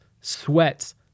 sweats